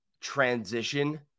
transition